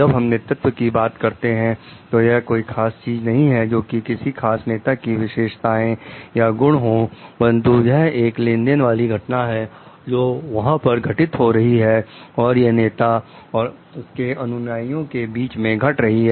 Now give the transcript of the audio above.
जब हम नेतृत्व की बात करते हैं तो यह कोई खास चीज नहीं है जोकि किसी खास नेता की विशेषताएं या गुण हो परंतु यह एक लेन देन वाली घटना है जो वहां पर घटित हो रही है और यह नेता और उसके अनुयायियों के बीच में घट रही है